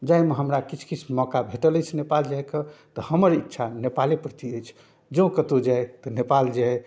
जाहिमे हमरा किछु किछु मौका भेटल अछि नेपाल जाइके तऽ हमर इच्छा नेपाले प्रति अछि जँ कतहु जाए तऽ नेपाल जाए